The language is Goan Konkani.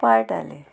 पाळटालीं